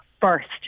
first